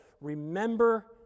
remember